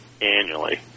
Annually